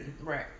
Right